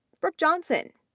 brooke johnson,